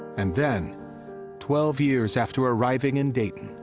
and then twelve years after arriving in dayton,